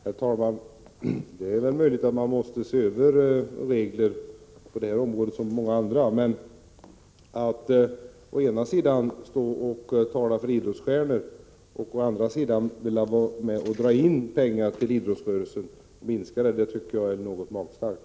Herr talman! Det är möjligt att man måste se över regler på det här området såväl som på många andra. Men att å ena sidan stå och tala för idrottsstjärnor och å andra sidan vilja vara med om att dra in och minska pengarna till idrottsrörelsen tycker jag är något magstarkt.